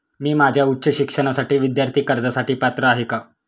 मी माझ्या उच्च शिक्षणासाठी विद्यार्थी कर्जासाठी पात्र आहे का?